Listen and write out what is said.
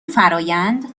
فرآیند